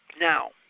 Now